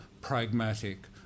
pragmatic